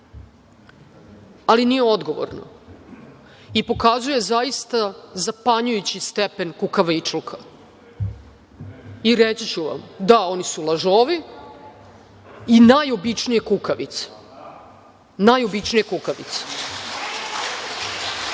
ali nije odgovorno i pokazuje zaista zapanjujući stepen kukavičluka i reći ću vam – da, oni su lažovi i najobičnije kukavice. Najobičnije kukavice.(Branka